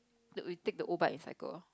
we take the O-Bike and cycle